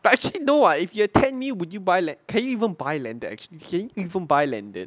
but actually no what if you had ten mil~ would you buy land~ can you even landed actually can you even buy landed